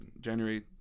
january